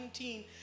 19